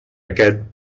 aquest